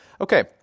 Okay